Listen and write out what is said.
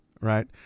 right